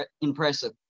impressive